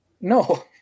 no